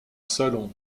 salon